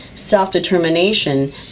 self-determination